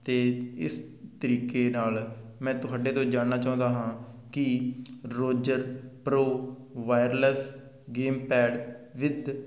ਅਤੇ ਇਸ ਤਰੀਕੇ ਨਾਲ ਮੈਂ ਤੁਹਾਡੇ ਤੋਂ ਜਾਣਨਾ ਚਾਹੁੰਦਾ ਹਾਂ ਕਿ Roger pro wireless gamepad with